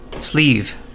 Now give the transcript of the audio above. Sleeve